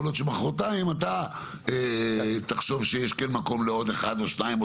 יכול להיות שמוחרתיים אתה תחשוב שיש כאן מקום לעוד אחד או שניים,